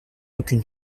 aucune